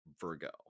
Virgo